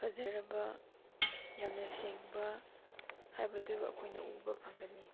ꯐꯖꯔꯕ ꯌꯥꯝꯅ ꯁꯦꯡꯕ ꯍꯥꯏꯕꯗꯨ ꯑꯩꯈꯣꯏꯅ ꯎꯕ ꯐꯪꯒꯅꯤ